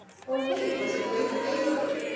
for he was a great favourite.